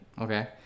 Okay